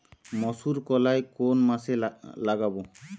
মুসুর কলাই কোন মাসে লাগাব?